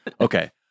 okay